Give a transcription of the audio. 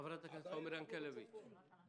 חברת הכנסת עומר ינקלביץ', בבקשה.